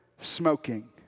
smoking